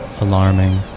alarming